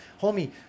Homie